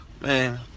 man